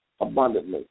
abundantly